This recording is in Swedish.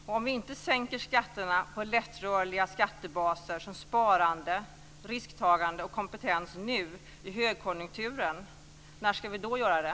Om vi inte sänker skatterna på lättrörliga skattebaser såsom sparande risktagande och kompetens nu i högkonjunkturen, när ska vi då göra det?